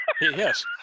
Yes